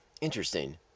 Interesting